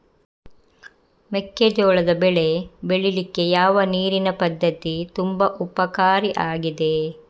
ಮೆಕ್ಕೆಜೋಳದ ಬೆಳೆ ಬೆಳೀಲಿಕ್ಕೆ ಯಾವ ನೀರಿನ ಪದ್ಧತಿ ತುಂಬಾ ಉಪಕಾರಿ ಆಗಿದೆ?